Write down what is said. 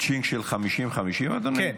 מצ'ינג של 50:50, אדוני?